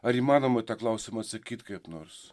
ar įmanoma į tą klausimą atsakyt kaip nors